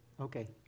okay